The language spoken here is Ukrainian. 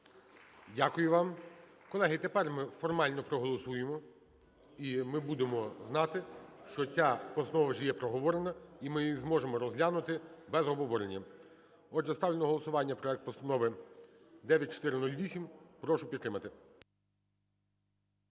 Дякую вам. Колеги, тепер ми формально проголосуємо. І ми будемо знати, що ця постанова вже є проговорена, і ми її зможемо розглянути без обговорення. Отже, ставлю на голосування проект Постанови 9408. Прошу підтримати.